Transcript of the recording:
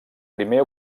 primer